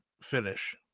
finish